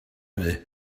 hynny